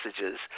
messages